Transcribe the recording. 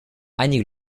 einige